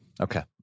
Okay